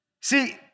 See